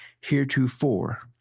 heretofore